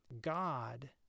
God